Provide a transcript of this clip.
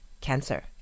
cancer